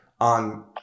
on